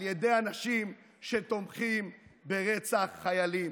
על ידי אנשים שתומכים ברצח חיילים.